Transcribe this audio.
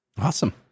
Awesome